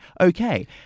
okay